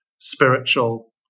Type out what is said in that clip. spiritual